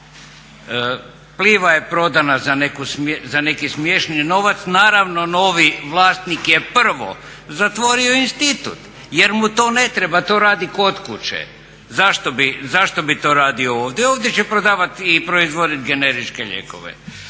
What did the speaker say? Pliva je prodana za neki smiješni novac, naravno novi vlasnik je prvo zatvorio institut jer mu to ne treba, to radi kod kuće. Zašto bi to radio ovdje? Ovdje će prodavati i proizvodit generičke lijekove.